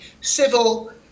civil